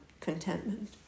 contentment